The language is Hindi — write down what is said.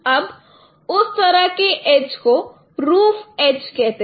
अब उस तरह के एज को रूफ़ एजकहते हैं